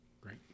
Great